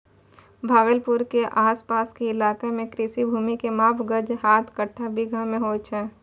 भागलपुर के आस पास के इलाका मॅ कृषि भूमि के माप गज, हाथ, कट्ठा, बीघा मॅ होय छै